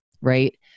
right